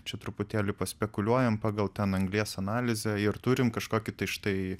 čia truputėlį paspekuliuojamapagal ten anglies analizę ir turim kažkokį tai štai